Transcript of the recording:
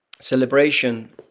celebration